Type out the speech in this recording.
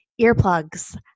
earplugs